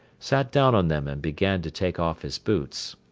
sat down on them and began to take off his boots.